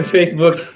Facebook